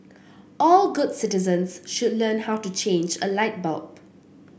all good citizens should learn how to change a light bulb